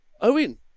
Owen